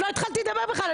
עוד לא התחלתי לדבר בכלל,